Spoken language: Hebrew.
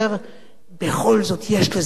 בכל זאת יש לזה ריח רע,